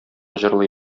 җырлый